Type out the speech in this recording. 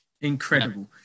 Incredible